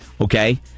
Okay